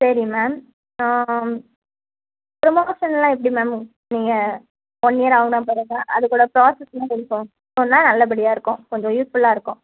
சரி மேம் ஆ புரோமோஷன்லாம் எப்படி மேம் நீங்கள் ஒன் இயர் ஆன பிறகா அதுக்குள்ள ப்ராசஸ்லாம் கொஞ்சம் சொன்னால் நல்லபடியாக இருக்கும் கொஞ்சம் யூஸ்ஃபுல்லாக இருக்கும்